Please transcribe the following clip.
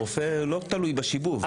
הרופא לא תלוי בשיבוב,